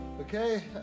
Okay